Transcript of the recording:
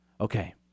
Okay